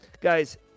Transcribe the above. guys